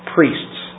Priests